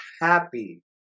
happy